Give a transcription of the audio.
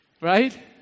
right